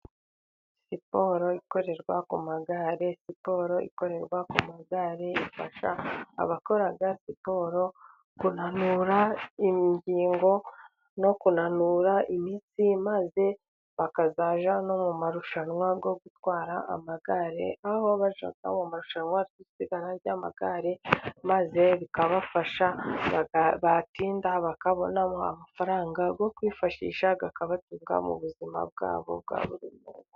Siporo ikorerwa ku magare, siporo ikorerwa ku magare ifasha abakora siporo kunanura ingingo, no kunanura imitsi maze bakazajya no mu marushanwa, yo gutwara amagare aho bajya mu marushanwa isiganwa ry'amagare, maze bikabafasha batsinda bakabona amafaranga, yo kwifashisha akabatunga mu buzima bwabo bwa buri munsi.